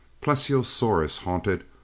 plesiosaurus-haunted